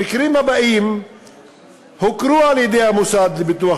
המקרים הבאים הוכרו על-ידי המוסד לביטוח